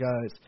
guys